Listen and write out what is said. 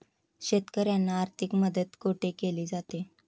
शेतकऱ्यांना आर्थिक मदत कुठे केली जाते?